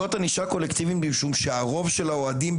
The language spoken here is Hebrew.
זאת ענישה קולקטיבית משום שהרוב של האוהדים,